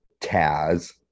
Taz